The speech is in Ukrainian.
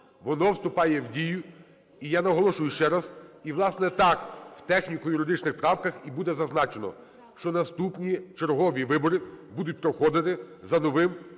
воно вступає в дію. І я наголошую ще раз, і, власне, так в техніко-юридичних правках і буде зазначено, що наступні чергові вибори будуть проходити за новим